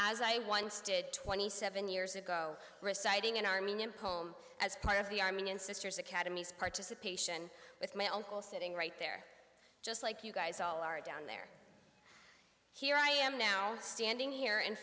as i once did twenty seven years ago reciting an armenian poem as part of the armenian sisters academy's participation with my uncle sitting right there just like you guys all are down there here i am now standing here in